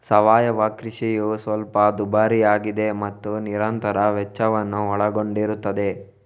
ಸಾವಯವ ಕೃಷಿಯು ಸ್ವಲ್ಪ ದುಬಾರಿಯಾಗಿದೆ ಮತ್ತು ನಿರಂತರ ವೆಚ್ಚವನ್ನು ಒಳಗೊಂಡಿರುತ್ತದೆ